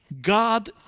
God